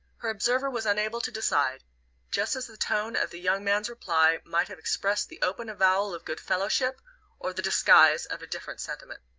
her observer was unable to decide just as the tone of the young man's reply might have expressed the open avowal of good-fellowship or the disguise of a different sentiment.